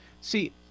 See